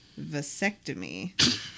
vasectomy